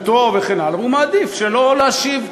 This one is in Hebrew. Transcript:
לתדמיתו, וכן הלאה, והוא מעדיף שלא להשיב.